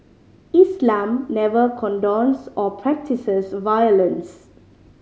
Islam never condones or practises violence